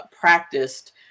practiced